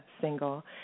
single